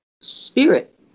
spirit